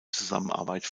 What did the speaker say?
zusammenarbeit